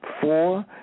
four